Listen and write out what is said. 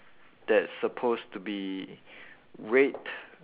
that's supposed to be red